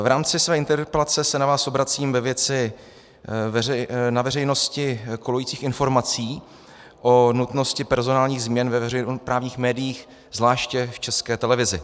V rámci své interpelace se na vás obracím ve věci na veřejnosti kolujících informací o nutnosti personálních změn ve veřejnoprávních médiích, zvláště v České televizi.